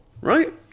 Right